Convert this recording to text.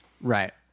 right